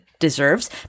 deserves